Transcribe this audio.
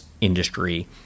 industry